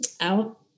Out